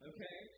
Okay